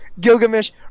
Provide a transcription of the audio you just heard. Gilgamesh